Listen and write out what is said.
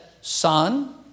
son